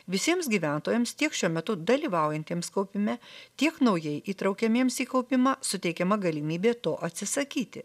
visiems gyventojams tiek šiuo metu dalyvaujantiems kaupime tiek naujai įtraukiamiems į kaupimą suteikiama galimybė to atsisakyti